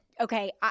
okay